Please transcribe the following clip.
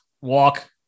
Walk